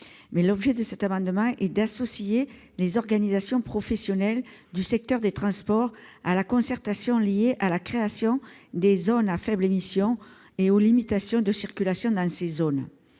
Par cet amendement, il s'agit d'associer les organisations professionnelles du secteur des transports à la concertation liée à la création des zones à faibles émissions et aux limitations de circulation dans ces zones.